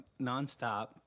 nonstop